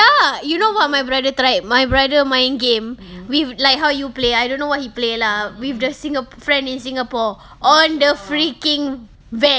ya you know what my brother tried my brother mind game with like how you play I don't know what he play lah we the a friend in singapore on the freaking van ah